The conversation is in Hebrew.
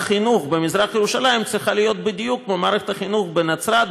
מערכת החינוך במזרח ירושלים צריכה להיות בדיוק כמו מערכת החינוך בנצרת,